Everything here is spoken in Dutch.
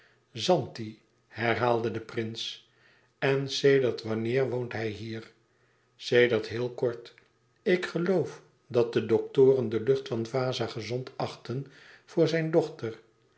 zanti herhaalde de prins en sedert wanneer woont hij hier sedert heel kort ik geloof dat de doktoren de lucht van vaza gezond achtten voor zijn dochter